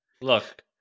look